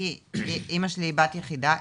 כי אמא שלי בת יחידה.